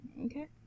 Okay